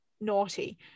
naughty